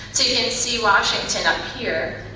so you can see washington up here.